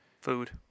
Food